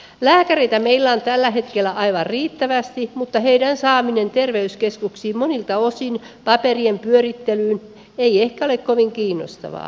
lääkäreitä meillä on tällä hetkellä aivan riittävästi mutta heidän saamisensa terveyskeskuksiin ei ole helppoa monilta osin paperien pyörittely ei ehkä ole kovin kiinnostavaa